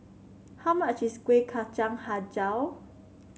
how much is Kueh Kacang hijau